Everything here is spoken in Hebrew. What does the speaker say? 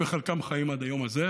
וחלקם חיים עד היום הזה,